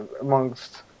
amongst